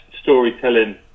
storytelling